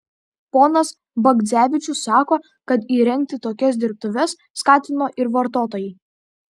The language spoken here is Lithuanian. ponas bagdzevičius sako kad įrengti tokias dirbtuves skatino ir vartotojai